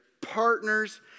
Partners